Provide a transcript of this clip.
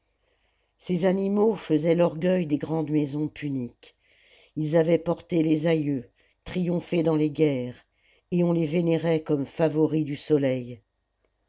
ces animaux faisaient l'orgueil des grandes maisons puniques ils avaient porté les aïeux triomphé dans les guerres et on les vénérait comme favoris du soleil